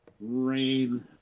Rain